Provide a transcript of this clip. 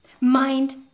Mind